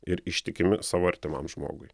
ir ištikimi savo artimam žmogui